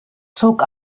zog